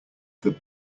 that